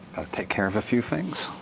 take care of a few things.